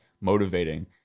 motivating